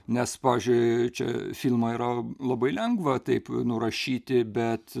nes pavyzdžiui čia filmą yra labai lengva taip nurašyti bet